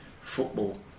football